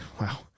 wow